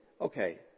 okay